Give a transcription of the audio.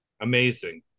amazing